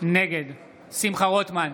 נגד שמחה רוטמן,